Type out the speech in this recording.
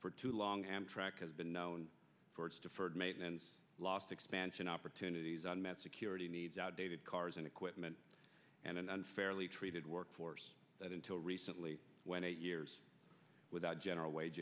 for too long amtrak has been known for its deferred maintenance last expansion opportunities on met security needs outdated cars and equipment and an unfairly treated workforce that until recently went eight years without general wage